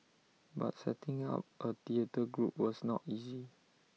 but setting up A theatre group was not easy